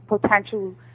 potential